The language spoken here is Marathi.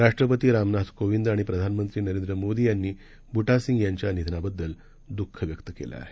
राष्ट्रपतीरामनाथकोविंदआणिप्रधानमंत्रीनरेंद्रमोदीयांनीब्टासिंगयांच्यानिधनाबद्दलद्ः खव्यक्तकेलंआहे